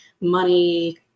money